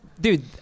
dude